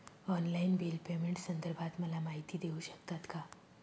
Online bill पेमेंटसंदर्भात मला माहिती देऊ शकतात का?